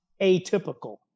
atypical